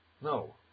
No